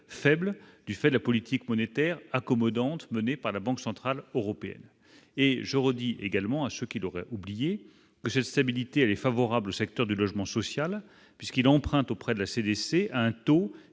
faibles, du fait de la politique monétaire accommodante menée par la Banque centrale européenne et je redis également à ce qui l'aurait oublié cette stabilité, elle est favorable au secteur du logement social puisqu'il emprunte auprès de la CDC, à un taux